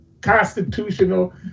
constitutional